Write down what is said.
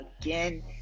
again